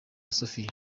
sophie